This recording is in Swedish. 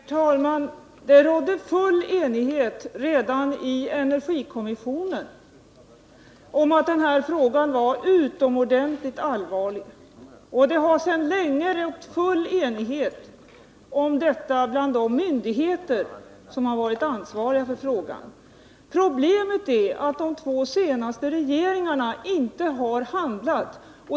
Herr talman! Det rådde full enighet redan i energikommissionen om att den här frågan var utomordentligt allvarlig. Det har sedan länge rått full enighet om detta bland de myndigheter som har varit ansvariga för frågan. Problemet är att de två senaste regeringarna inte har handlat.